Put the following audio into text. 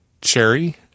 cherry